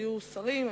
היו שרים,